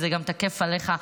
וזה גם תקף אליך,